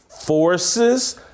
forces